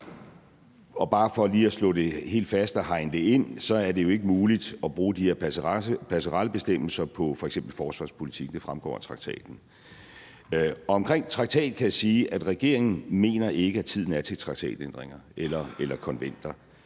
Og bare for lige at slå det helt fast og hegne det ind er det jo ikke muligt at bruge de her passerellebestemmelser på f.eks. forsvarspolitik. Det fremgår af traktaten. Omkring traktater kan jeg sige, at regeringen ikke mener, at tiden er til traktatændringer eller konventer.